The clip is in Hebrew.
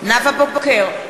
נאוה בוקר,